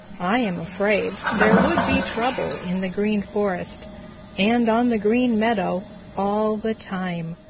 i am afraid there would be trouble in the green forest and on the green meadow all the time.